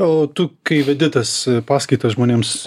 o tu kai vedi tas paskaitas žmonėms